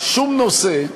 שום נושא,